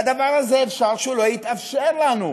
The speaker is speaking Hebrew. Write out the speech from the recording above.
הדבר הזה, אפשר שהוא לא יתאפשר לנו.